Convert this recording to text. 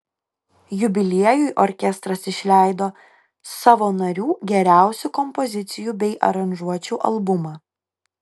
jubiliejui orkestras išleido savo narių geriausių kompozicijų bei aranžuočių albumą